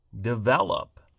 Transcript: develop